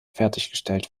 fertiggestellt